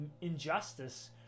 injustice